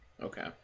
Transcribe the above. Okay